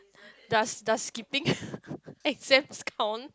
does does skipping exams count